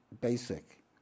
basic